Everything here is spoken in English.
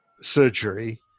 surgery